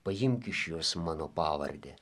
paimk iš jos mano pavardę